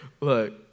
Look